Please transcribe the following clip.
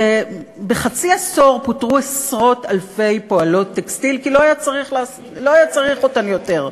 בחצי עשור פוטרו עשרות-אלפי פועלות טקסטיל כי לא היה צריך אותן יותר.